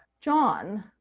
john,